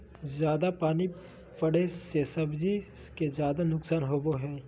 जयादा पानी पड़े से सब्जी के ज्यादा नुकसान होबो हइ